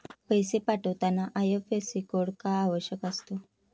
पैसे पाठवताना IFSC code का आवश्यक असतो?